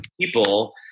people